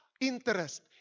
interest